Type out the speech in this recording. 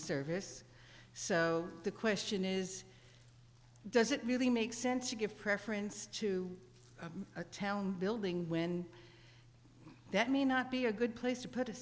service so the question is does it really make sense to give preference to a town building when that may not be a good place to put a